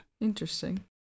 Interesting